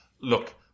look